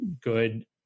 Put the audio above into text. good